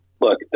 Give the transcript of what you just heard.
look